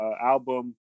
album